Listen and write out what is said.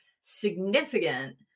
significant